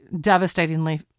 devastatingly